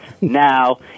now